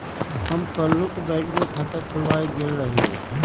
हम काल्हु बैंक में खता खोलबाबे गेल रहियइ